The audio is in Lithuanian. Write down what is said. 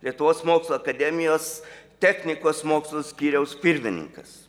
lietuvos mokslų akademijos technikos mokslų skyriaus pirmininkas